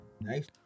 Nice